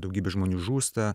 daugybė žmonių žūsta